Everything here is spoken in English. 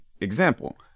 Example